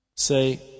Say